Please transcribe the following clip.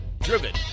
driven